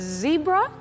zebra